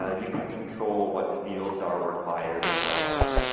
ah you can control what fields are required and what aren't,